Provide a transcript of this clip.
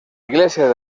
iglesia